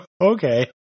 okay